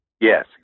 Yes